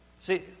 See